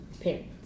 parents